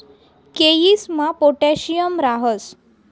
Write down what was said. केयीसमा पोटॅशियम राहस